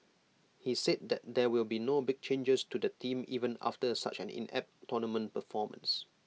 he said that there will be no big changes to the team even after such an inept tournament performance